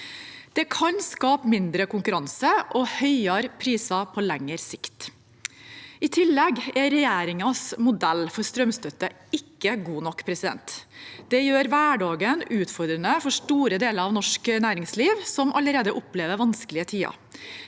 Det kan skape mindre konkurranse og høyere priser på lengre sikt. I tillegg er regjeringens modell for strømstøtte ikke god nok. Det gjør hverdagen utfordrende for store deler av norsk næringsliv, som allerede opplever vanskelige tider.